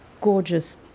gorgeous